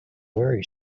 worry